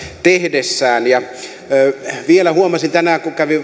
tehdessään vielä huomasin tänään kun kävin